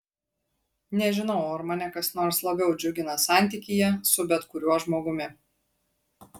nežinau ar mane kas nors labiau džiugina santykyje su bet kuriuo žmogumi